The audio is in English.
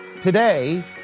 Today